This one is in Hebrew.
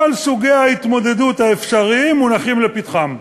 כל סוגי ההתמודדות האפשריים מונחים לפתחם.